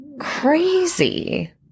Crazy